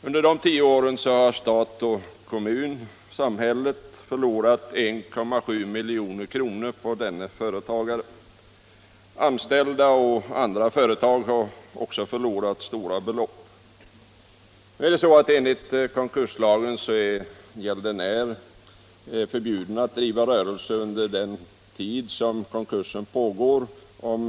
Samhället — stat och kommun — har därigenom förlorat 1,7 milj.kr. Också anställda och andra företag har förlorat stora belopp. Enligt konkurslagen är gäldenären, om firman har bokföringsskyldighet, förbjuden att driva rörelse under den tid konkursen pågår.